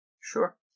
Sure